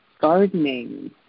gardening